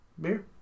beer